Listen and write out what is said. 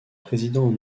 président